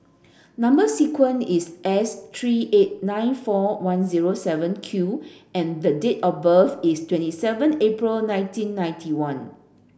number sequence is S three eight nine four one zero seven Q and the date of birth is twenty seven April nineteen ninety one